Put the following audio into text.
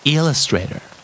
Illustrator